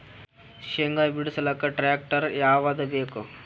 ಶೇಂಗಾ ಬಿಡಸಲಕ್ಕ ಟ್ಟ್ರ್ಯಾಕ್ಟರ್ ಯಾವದ ಬೇಕು?